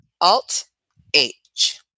Alt-H